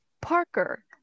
Parker